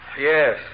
Yes